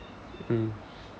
mm